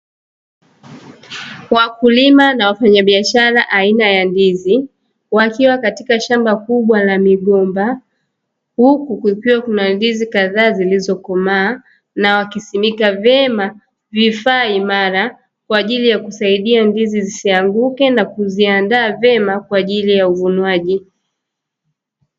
Wakulima na wafanyabiashara aina ya ndizi ,wakiwa katika shamba kubwa la migomba, huku kukiwa kuna ndizi kadhaa zilizokomaa na wakisimika vyema vifaa imara kwa ajili ya kusaidia ndizi zisianguke na kuziandaa vyema kwa ajili ya uvunwaji.